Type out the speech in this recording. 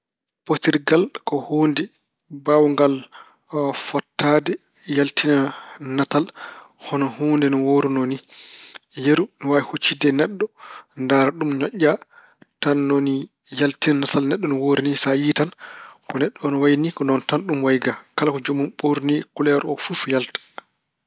Potirngal ko huunde baawngal fotdaade, yaltina natal hono huunde no wooruno ni. Yeru, ina waawi huccidde e neɗɗo, ndaara ɗum, moƴƴa, tan ni woni yaltina natal neɗɗo ni woori ni. Sa a yiyi tan ko neɗɗo o no wayi ni ko noon tan ɗum wayi ka. Kala ko joomun ɓoorni, kuleer o fof yalta.